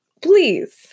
please